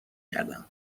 کردم